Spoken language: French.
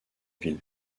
ville